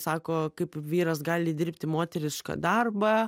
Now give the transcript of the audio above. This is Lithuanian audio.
sako kaip vyras gali dirbti moterišką darbą